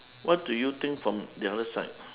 what do you think from the other side